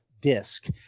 disk